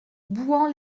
bouhans